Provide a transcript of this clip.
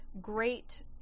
great